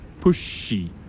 pushy